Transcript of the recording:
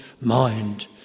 mind